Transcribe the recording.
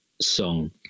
song